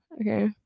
Okay